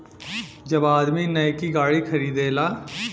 जब आदमी नैकी गाड़ी खरीदेला